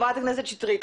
חברת הכנסת שטרית.